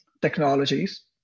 technologies